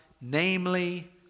namely